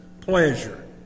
pleasure